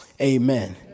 Amen